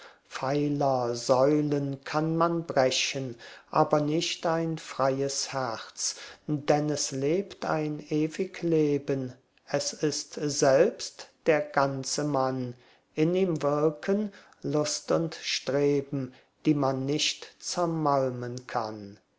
pfeiler säulen kann man brechen aber nicht ein freies herz denn es lebt ein ewig leben es ist selbst der ganze mann in ihm wirken lust und streben die man nicht zermalmen kann